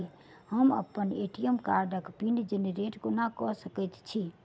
हम अप्पन ए.टी.एम कार्डक पिन जेनरेट कोना कऽ सकैत छी?